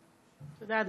תודה.